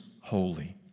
holy